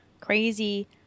crazy